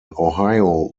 ohio